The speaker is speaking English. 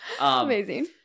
Amazing